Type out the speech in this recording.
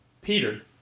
Peter